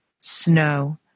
snow